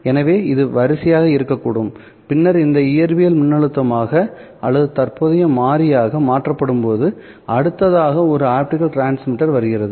எனவே இது வரிசையாக இருக்கக்கூடும் பின்னர் இந்த இயற்பியல் மின்னழுத்தமாக அல்லது தற்போதைய மாறியாக மாற்றப்படும்போது அடுத்ததாக ஒரு ஆப்டிகல் டிரான்ஸ்மிட்டர் வருகிறது